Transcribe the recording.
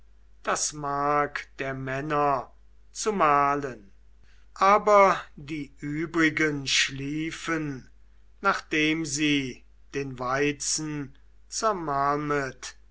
das mark der männer zu mahlen aber die übrigen schliefen nachdem sie den weizen zermalmet